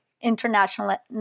international